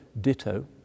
ditto